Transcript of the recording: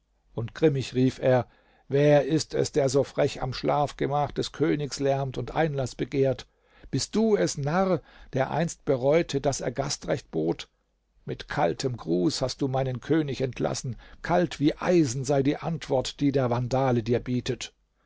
und grimmig rief er wer ist es der so frech am schlafgemach des königs lärmt und einlaß begehrt bist du es narr der einst bereute daß er gastrecht bot mit kaltem gruß hast du meinen könig entlassen kalt wie eisen sei die antwort die der vandale dir bietet